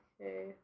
Okay